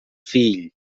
fill